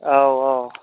औ औ